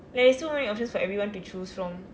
there is so many options for everyone to choose from